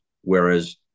Whereas